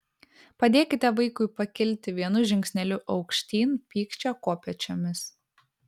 padėkite vaikui pakilti vienu žingsneliu aukštyn pykčio kopėčiomis